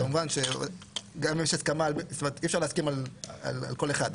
כמובן שאי-אפשר להסכים על כל אחד,